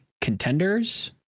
contenders